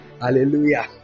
Hallelujah